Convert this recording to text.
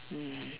mm